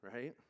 right